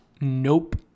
Nope